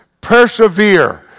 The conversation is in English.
Persevere